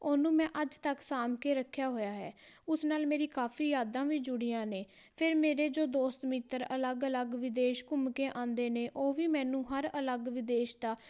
ਉਹਨੂੰ ਮੈਂ ਅੱਜ ਤੱਕ ਸਾਂਭ ਕੇ ਰੱਖਿਆ ਹੋਇਆ ਹੈ ਉਸ ਨਾਲ ਮੇਰੀ ਕਾਫੀ ਯਾਦਾਂ ਵੀ ਜੁੜੀਆਂ ਨੇ ਫਿਰ ਮੇਰੇ ਜੋ ਦੋਸਤ ਮਿੱਤਰ ਅਲੱਗ ਅਲੱਗ ਵਿਦੇਸ਼ ਘੁੰਮ ਕੇ ਆਉਂਦੇ ਨੇ ਉਹ ਵੀ ਮੈਨੂੰ ਹਰ ਅਲੱਗ ਵਿਦੇਸ਼ ਦਾ